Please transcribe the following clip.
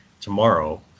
tomorrow